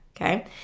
okay